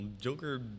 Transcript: Joker